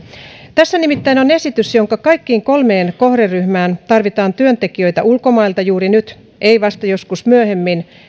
tässä nimittäin on esitys jonka kaikkiin kolmeen kohderyhmään tarvitaan työntekijöitä ulkomailta juuri nyt ei vasta joskus myöhemmin